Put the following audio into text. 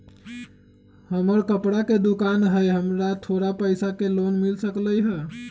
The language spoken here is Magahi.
हमर कपड़ा के दुकान है हमरा थोड़ा पैसा के लोन मिल सकलई ह?